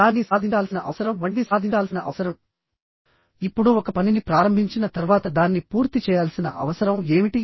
దానిని సాధించాల్సిన అవసరం వంటిది సాధించాల్సిన అవసరం ఇప్పుడు ఒక పనిని ప్రారంభించిన తర్వాత దాన్ని పూర్తి చేయాల్సిన అవసరం ఏమిటి